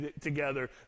together